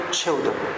children